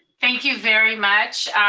thank you very much.